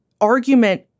argument—